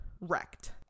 wrecked